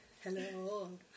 Hello